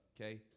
okay